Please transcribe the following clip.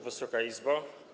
Wysoka Izbo!